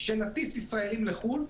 כשנטיס ישראלים לחו"ל,